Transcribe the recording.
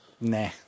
Nah